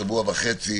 שבוע וחצי,